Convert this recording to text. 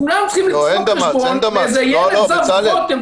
ועכשיו הולכים לדפוק חשבון לאיזה ילד זב חוטם,